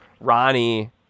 Ronnie